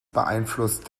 beeinflusst